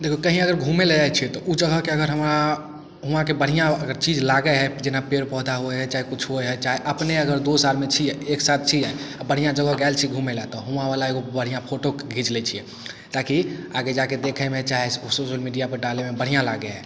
देखु कहीं अगर घुमे लए जाइ छियै तऽ उ जगहके अगर हमरा उहाँके बढ़िआँ अगर चीज लागय हइ जेना पेड़ पौधा होइ हइ चाहे कुछ होइ हइ चाहे अपने अगर दोस्त आरमे छियै एकसाथमे छियै बढ़िआँ जगह गेल छी घुमय लए तऽ हुआँवला बढ़िआँ फोटो एगो घिच लै छियै ताकि आगे जाके उ देखयमे चाहे सोशल मिडियामे डालयमे बढ़िआँ लागय हइ